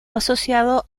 asociado